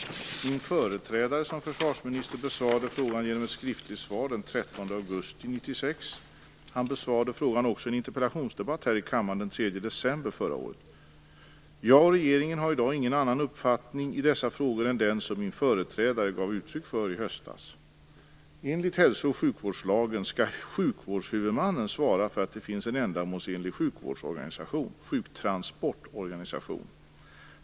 Min företrädare som försvarsminister besvarade frågan genom ett skriftligt svar den 13 augusti 1996. Han besvarade frågan också i en interpellationsdebatt här i kammaren den 3 december förra året. Jag och regeringen har i dag ingen annan uppfattning i dessa frågor än den som min företrädare gav uttryck för i höstas. Enligt hälso och sjukvårdslagen skall sjukvårdshuvudmannen svara för att det finns en ändamålsenlig sjuktransportorganisation.